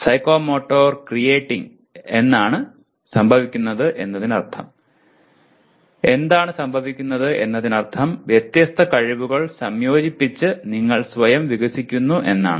psychomotor creating എന്താണ് സംഭവിക്കുന്നത് എന്നതിനർത്ഥം വ്യത്യസ്ത കഴിവുകൾ സംയോജിപ്പിച്ച് നിങ്ങൾ സ്വയം വികസിക്കുന്നു എന്നാണ്